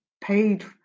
paid